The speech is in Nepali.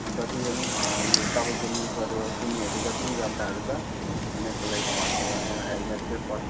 जति पनि यो तपाईँको न्युजबाट सुन्नेहरू जति पनि जनताहरू छ उनीहरूको लागि चाहिँ भन्छु म हेलमेट चाहिँ फर्स्ट